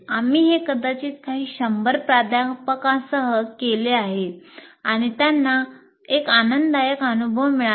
आम्ही हे कदाचित काही शंभर प्राध्यापकांसह केले आहे आणि त्यांना एक आनंददायक अनुभव मिळाला